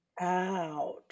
Ouch